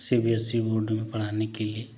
सी B S E board में पढ़ाने के लिए